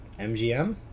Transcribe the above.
MGM